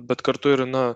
bet kartu ir na